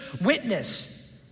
witness